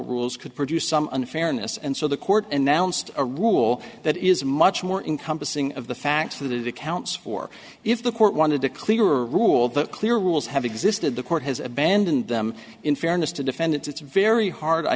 rules could produce some unfairness and so the court and now nst a rule that is much more encompassing of the facts that it accounts for if the court wanted to clear a rule that clear rules have existed the court has abandoned them in fairness to defendants it's very hard i